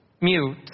mute